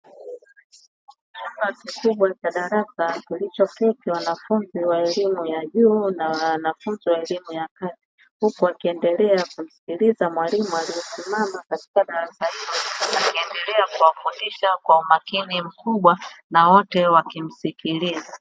Chumba kikubwa cha darasa kilichoketi wanafunzi wa elimu ya juu na wanafunzi wa elimu ya kati huku wakiendelea kumsikiliza mwalimu aliyesimama katika darasa hilo, akiendelea kuwafundisha kwa umakini mkubwa na wote wakimsikiliza.